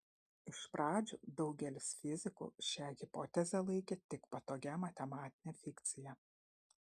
iš pradžių daugelis fizikų šią hipotezę laikė tik patogia matematine fikcija